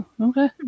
Okay